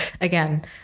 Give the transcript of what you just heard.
again